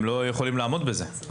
הם לא יכולים לעמוד בזה.